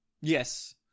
Yes